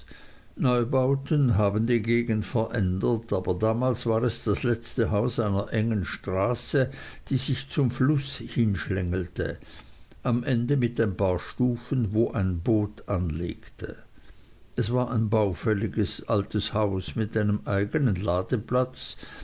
neubauten haben die gegend verändert aber damals war es das letzte haus in einer engen straße die sich zum fluß hinabschlängelte am ende mit ein paar stufen wo ein boot anlegte es war ein baufälliges altes haus mit einem eignen ladeplatz